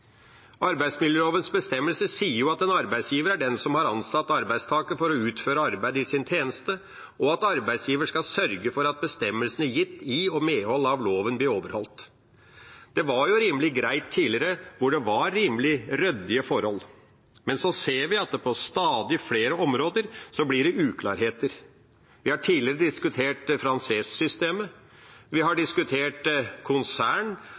Arbeidsmiljølovens bestemmelser sier at en arbeidsgiver er den som «har ansatt arbeidstaker for å utføre arbeid i sin tjeneste», og at arbeidsgiver «skal sørge for at bestemmelsene gitt i og i medhold av denne lov blir overholdt». Det var rimelig greit tidligere hvor det var rimelig ryddige forhold. Nå ser vi at det på stadig flere områder blir uklarheter. Vi har tidligere diskutert franchise-systemet. Vi har diskutert konsern,